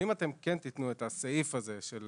אם תיתנו את הסעיף הזה של